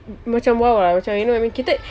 macam !wow! lah you know what I mean